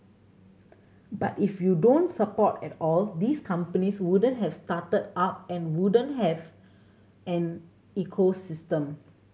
but if you don't support at all these companies wouldn't have started up and wouldn't have an ecosystem